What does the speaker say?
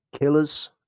Killers